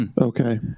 Okay